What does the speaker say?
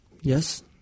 yes